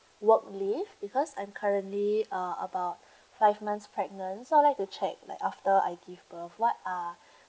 work leave because I'm currently uh about five months pregnant so I would like to check like after I give birth what are